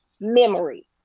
memory